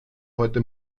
heute